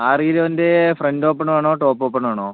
ആറ് കിലോൻ്റെ front open വേണോ ടോപ് ഓപ്പൺ വേണോ